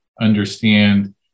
understand